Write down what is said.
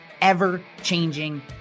ever-changing